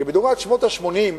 כי מדוגמת שנות ה-80,